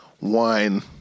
Wine